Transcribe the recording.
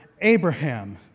Abraham